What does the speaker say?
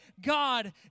God